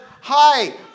hi